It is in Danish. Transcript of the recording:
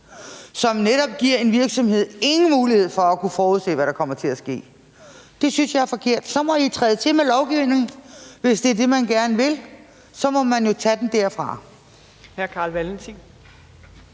som netop giver en virksomhed ingen mulighed for at kunne forudse, hvad der kommer til at ske, synes jeg er forkert. Så må I træde til med lovgivning, hvis det er det, man gerne vil. Så må man jo tage den derfra.